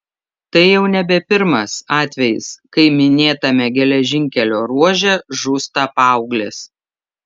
tai jau nebe pirmas atvejis kai minėtame geležinkelio ruože žūsta paauglės